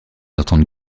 entendre